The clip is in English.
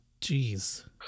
Jeez